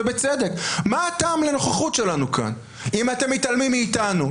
ובצדק: מה הטעם לנוכחות שלנו כאן אם אתם מתעלמים מאיתנו,